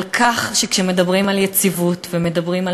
על כך שכשמדברים על יציבות ומדברים על